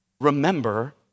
Remember